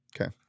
Okay